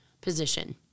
position